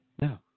No